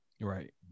Right